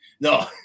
no